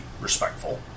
respectful